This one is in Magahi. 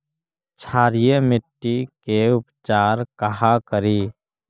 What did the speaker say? क्षारीय मिट्टी के उपचार कहा करी?